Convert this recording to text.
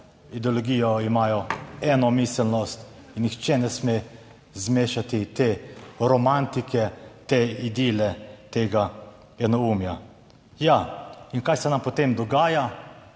ideologijo, imajo eno miselnost in nihče ne sme zmešati te romantike, te idile, tega enoumja. Ja, in kaj se nam potem dogaja?